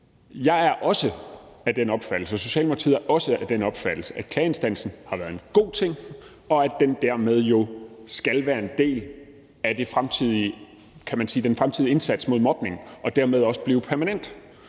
er også af den opfattelse, at klageinstansen har været en god ting, og at den dermed jo skal være en del af den fremtidige indsats mod mobning og dermed også blive permanent.